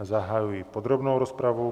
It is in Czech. Zahajuji podrobnou rozpravu.